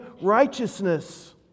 righteousness